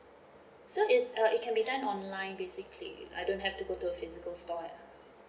so it's uh it can be done online basically I don't have to go to a physical store ya